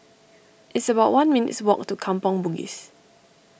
it's about one minutes' walk to Kampong Bugis